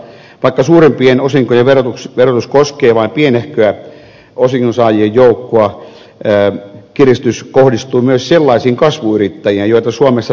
vaikka suurimpien osinkojen verotus koskee vain pienehköä osingonsaajien joukkoa kiristys kohdistuu myös sellaisiin kasvuyrittäjiin joita suomessa tarvittaisiin lisää